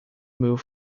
move